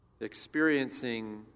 experiencing